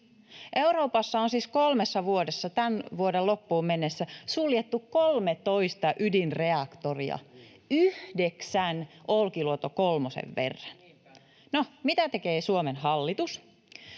Euroopassa on siis kolmessa vuodessa tämän vuoden loppuun mennessä suljettu kolmetoista ydinreaktoria, yhdeksän Olkiluoto kolmosen verran. [Leena